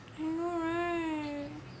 I know right